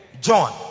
John